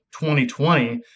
2020